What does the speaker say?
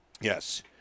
Yes